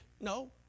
No